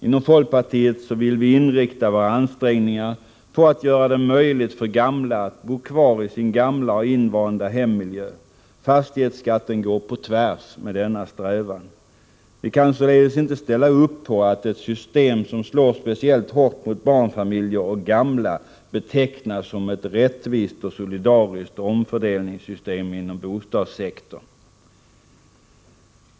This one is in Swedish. Inom folkpartiet vill vi inrikta våra ansträngningar på att göra det möjligt för de äldre att bo kvar i sin gamla och invanda hemmiljö. Fastighetsskatten går på tvärs med denna strävan. Vi kan således inte ställa upp på att ett system som slår speciellt hårt mot barnfamiljer och gamla betecknas som ett rättvist och solidariskt omfördelningssystem inom bostadssektorn.